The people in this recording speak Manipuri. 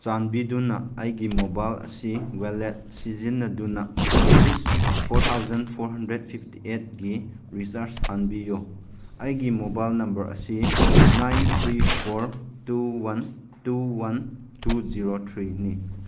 ꯆꯥꯟꯕꯤꯗꯨꯅ ꯑꯩꯒꯤ ꯃꯣꯕꯥꯏꯜ ꯑꯁꯤ ꯋꯥꯜꯂꯦꯠ ꯁꯤꯖꯤꯟꯅꯗꯨꯅ rupees four thousand four hundred fifty ꯑꯩꯠꯀꯤ ꯔꯤꯆꯥꯔꯁ ꯍꯥꯟꯕꯤꯌꯨ ꯑꯩꯒꯤ ꯃꯣꯕꯥꯏꯜ ꯅꯝꯕꯔ ꯑꯁꯤ nine three four two one two one two zero ꯊ꯭ꯔꯤꯅꯤ